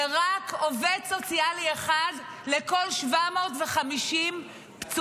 ורק עובד סוציאלי אחד לכל 750 פצועים.